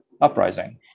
uprising